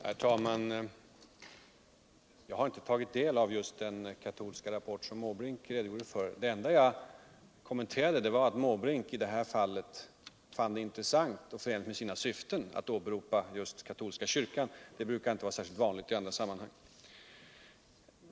Herr talman! Jag har inte tagit del just av den katolska rapport som Bertil Måbrink redogjorde för. Den enda kommentar jag gjorde var att Bertil Måbrink i det här fallet finner det intressant och förenligt med sina syften att åberopa just katolska kyrkan. Det är inte särskilt vanligt i andra sammanhang.